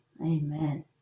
amen